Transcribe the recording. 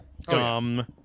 dumb